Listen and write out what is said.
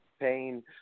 pain